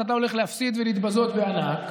שאתה הולך להפסיד ולהתבזות בענק.